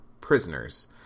prisoners